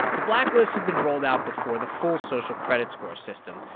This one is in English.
the blacklist had been rolled out before the full social credit score system,